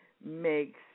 makes